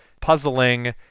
puzzling